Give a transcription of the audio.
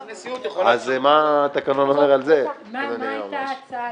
מה התקנון אומר על זה, אדוני היועמ"ש?